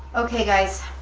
okay guys,